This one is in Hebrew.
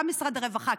גם משרד הרווחה,